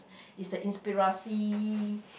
is the inspirasi